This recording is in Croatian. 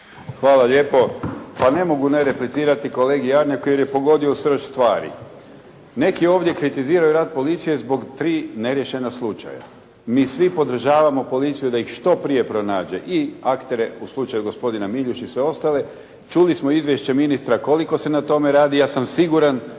Hvala lijepo. Pa ne mogu ne replicirati kolegi Jarnjaku jer je pogodio u srž stvari. Neki ovdje kritiziraju rad policije zbog tri neriješena slučaja. Mi svi podržavamo policiju da ih što prije pronađe i aktere u slučaju gospodina Miljuš i sve ostale. Čuli smo izvješće ministra koliko se na tome radi, ja sam siguran